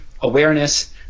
awareness